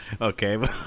Okay